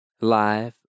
life